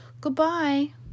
Goodbye